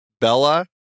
Bella